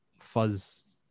fuzz